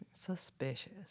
Suspicious